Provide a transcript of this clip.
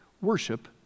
worship